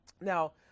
Now